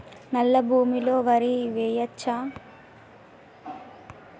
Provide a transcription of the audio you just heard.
నల్లా భూమి లో వరి వేయచ్చా?